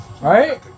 Right